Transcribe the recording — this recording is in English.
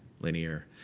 linear